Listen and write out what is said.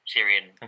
Syrian